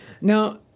Now